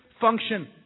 function